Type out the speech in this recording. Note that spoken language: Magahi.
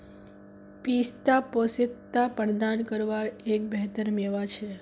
पिस्ता पौष्टिकता प्रदान कारवार एक बेहतर मेवा छे